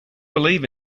believe